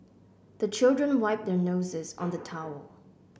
the children wipe their noses on the towel